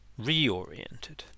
reoriented